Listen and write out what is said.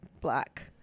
black